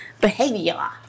Behavior